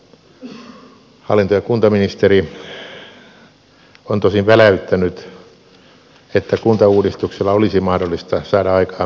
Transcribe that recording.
hallinto ja kuntaministeri on tosin väläyttänyt että kuntauudistuksella olisi mahdollista saada aikaan miljardiluokan säästöt